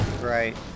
Right